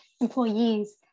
employees